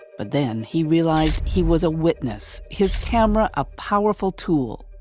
but then he realized he was a witness, his camera, a powerful tool.